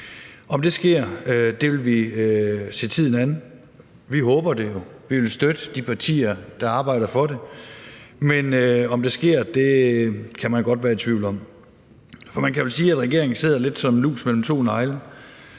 Vi vil se tiden an og se, om det sker. Vi håber det, og vi vil støtte de partier, der arbejder for det, men man kan være i tvivl om, om det sker. Man kan vel sige, at regeringen sidder lidt som en lus mellem to negle.